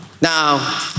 Now